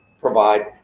provide